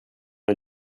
est